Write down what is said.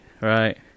right